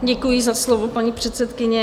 Děkuji za slovo, paní předsedkyně.